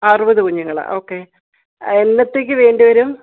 അറുപത് കുഞ്ഞുങ്ങൾ ഓക്കെ എന്നത്തേക്ക് വേണ്ടിവരും